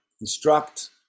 instruct